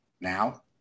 now